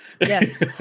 yes